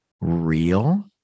real